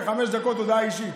חמש דקות הודעה אישית,